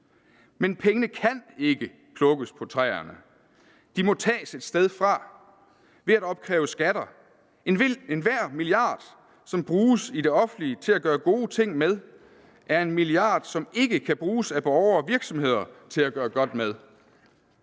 men pengene kan ikke plukkes på træerne, de må tages et sted fra – ved at opkræve skatter. Enhver milliard, som bruges i det offentlige til at gøre gode ting med, er en milliard, som ikke kan bruges af borgere og virksomheder til at gøre godt med.